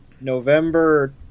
November